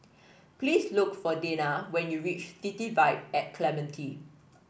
please look for Dena when you reach City Vibe at Clementi